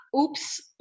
oops